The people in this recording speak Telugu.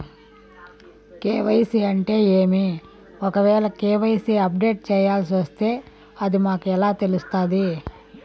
కె.వై.సి అంటే ఏమి? ఒకవేల కె.వై.సి అప్డేట్ చేయాల్సొస్తే అది మాకు ఎలా తెలుస్తాది?